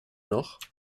noch